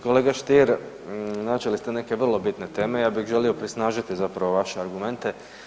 Kolega Stier načeli ste neke vrlo bitne teme, ja bih želio prisnažiti zapravo vaše argumente.